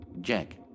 Jack